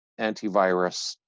antivirus